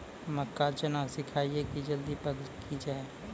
मक्का चना सिखाइए कि जल्दी पक की जय?